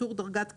בטור "דרגת הקנס",